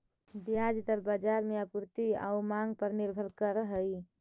ब्याज दर बाजार में आपूर्ति आउ मांग पर निर्भर करऽ हइ